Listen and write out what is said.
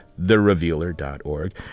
therevealer.org